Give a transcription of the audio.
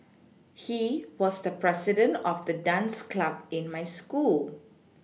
he was the president of the dance club in my school